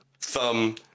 thumb